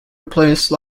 replace